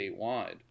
statewide